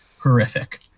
horrific